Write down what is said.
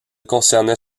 concernait